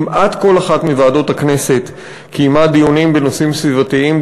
כמעט כל אחת מוועדת הכנסת קיימה דיונים בנושאים סביבתיים,